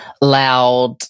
loud